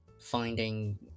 finding